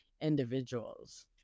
individuals